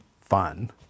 fun